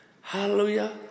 Hallelujah